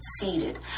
seated